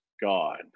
God